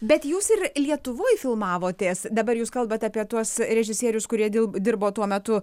bet jūs ir lietuvoj filmavotės dabar jūs kalbat apie tuos režisierius kurie dėl dirbo tuo metu